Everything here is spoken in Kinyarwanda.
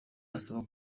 asaba